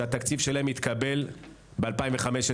שהתקציב שלהם התקבל ב-2015.